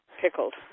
pickled